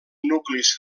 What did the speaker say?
nuclis